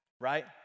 right